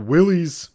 Willie's